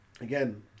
Again